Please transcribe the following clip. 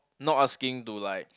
not asking to like